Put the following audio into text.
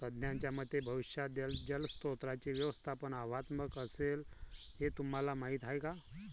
तज्ज्ञांच्या मते भविष्यात जलस्रोतांचे व्यवस्थापन आव्हानात्मक असेल, हे तुम्हाला माहीत आहे का?